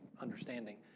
understanding